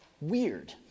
weird